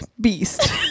beast